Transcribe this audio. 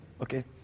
okay